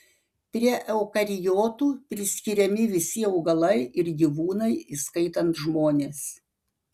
prie eukariotų priskiriami visi augalai ir gyvūnai įskaitant žmones